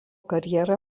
karjerą